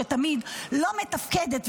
שתמיד לא מתפקדת,